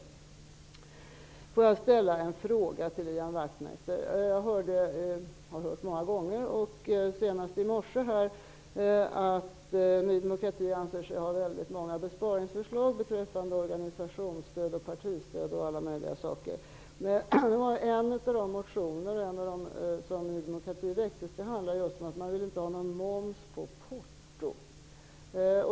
Sedan vill jag ställa en fråga till Ian Wachtmeister. Jag har hört många gånger, och jag gjorde det senast i morse, att Ny demokrati anser sig ha väldigt många besparingsförslag när det gäller partistöd, organisationsstöd och liknande. I en motion föreslår Ny demokrati att det inte skall utgå moms på porto.